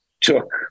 took